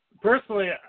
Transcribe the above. personally